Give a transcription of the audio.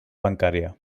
bancària